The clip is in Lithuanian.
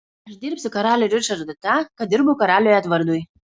aš dirbsiu karaliui ričardui tą ką dirbau karaliui edvardui